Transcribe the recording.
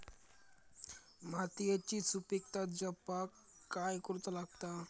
मातीयेची सुपीकता जपाक काय करूचा लागता?